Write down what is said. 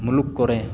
ᱢᱩᱞᱩᱠ ᱠᱚᱨᱮ